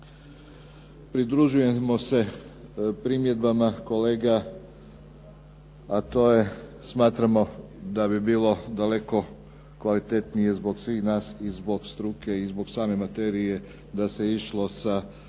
Pridružujemo se primjedbama kolega, a to je smatramo da bi bilo daleko kvalitetnije zbog svih nas i zbog struke i zbog same materije da se išlo sa